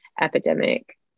epidemic